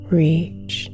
reach